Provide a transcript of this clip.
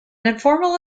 informal